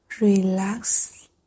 Relax